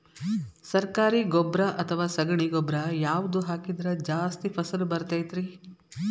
ಸರಕಾರಿ ಗೊಬ್ಬರ ಅಥವಾ ಸಗಣಿ ಗೊಬ್ಬರ ಯಾವ್ದು ಹಾಕಿದ್ರ ಜಾಸ್ತಿ ಫಸಲು ಬರತೈತ್ರಿ?